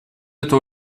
это